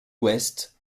west